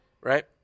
right